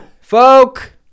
folk